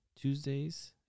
Tuesdays